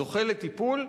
זוכה לטיפול.